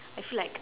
I feel like